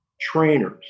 trainers